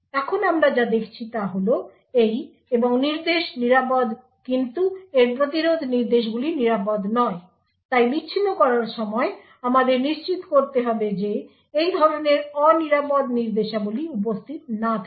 এখন আমরা যা দেখছি তা হল এই এবং নির্দেশ নিরাপদ কিন্তু এর প্রতিরোধ নির্দেশগুলি নিরাপদ নয় তাই বিচ্ছিন্ন করার সময় আমাদের নিশ্চিত করতে হবে যে এই ধরনের অনিরাপদ নির্দেশাবলী উপস্থিত না থাকে